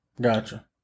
Gotcha